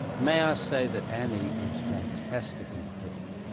may i ah say that annie is fantastic in the film,